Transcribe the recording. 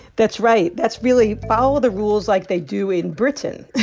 that's right. that's really follow the rules like they do in britain.